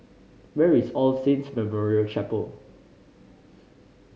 where is All Saints Memorial Chapel